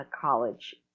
college